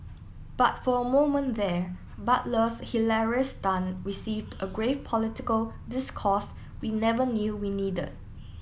but for a moment there Butler's hilarious stunt received a grave political discourse we never knew we needed